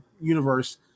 universe